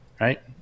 Right